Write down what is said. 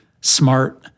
smart